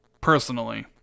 personally